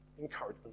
encouragement